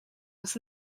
was